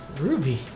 Ruby